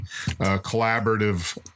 collaborative